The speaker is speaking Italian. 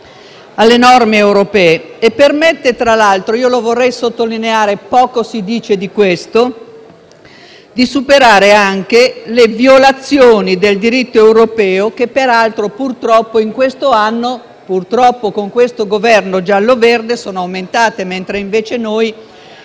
alle norme europee e permette, tra l'altro (lo vorrei sottolineare, perché poco si parla di questo), di superare le violazioni del diritto europeo che, peraltro, purtroppo in questo anno, con questo Governo giallo-verde, sono aumentate, mentre noi,